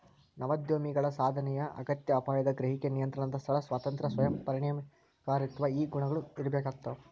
ನವೋದ್ಯಮಿಗಳಿಗ ಸಾಧನೆಯ ಅಗತ್ಯ ಅಪಾಯದ ಗ್ರಹಿಕೆ ನಿಯಂತ್ರಣದ ಸ್ಥಳ ಸ್ವಾತಂತ್ರ್ಯ ಸ್ವಯಂ ಪರಿಣಾಮಕಾರಿತ್ವ ಈ ಗುಣಗಳ ಇರ್ಬೇಕಾಗ್ತವಾ